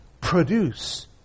produce